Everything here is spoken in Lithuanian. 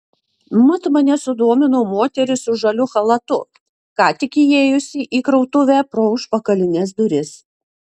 mat mane sudomino moteris su žaliu chalatu ką tik įėjusi į krautuvę pro užpakalines duris